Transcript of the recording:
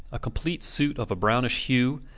a complete suit of a brownish hue,